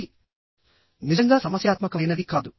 ఇది నిజంగా సమస్యాత్మకమైనది కాదు